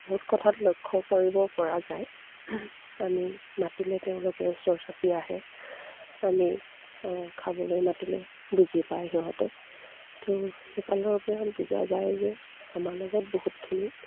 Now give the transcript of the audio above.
বহুত কথাত লক্ষ্য কৰিব পৰা যায় আমি মাতিলে তেওঁলোকে ওচৰ চাপি আহে আমি খাবলৈ মাতিলে বুজি পায় সিহঁতে ত' সেইফালৰ পৰা বুজা যায় যে আমাৰ লগত বহুতখিনি